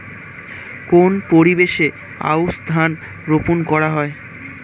কোন পরিবেশে আউশ ধান রোপন করা হয়?